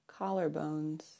collarbones